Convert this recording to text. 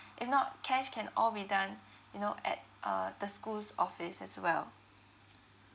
if not cash can all be done you know at uh the school's office as well